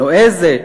הנועזת,